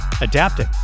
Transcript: adapting